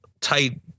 tight